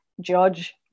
judge